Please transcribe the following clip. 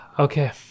Okay